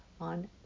on